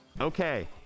okay